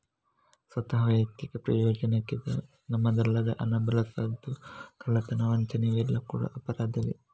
ಸ್ವಂತ, ವೈಯಕ್ತಿಕ ಪ್ರಯೋಜನಕ್ಕೆ ನಮ್ಮದಲ್ಲದ ಹಣ ಬಳಸುದು, ಕಳ್ಳತನ, ವಂಚನೆ ಇವೆಲ್ಲ ಕೂಡಾ ಅಪರಾಧಗಳೇ